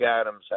Adams